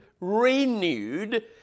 renewed